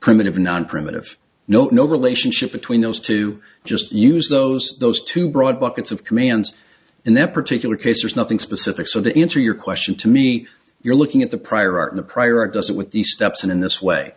primitive non primitive note no relationship between those two just use those those two broad buckets of commands in that particular case there's nothing specific so the answer your question to me you're looking at the prior art in the prior doesn't with the steps and in this way